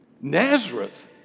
Nazareth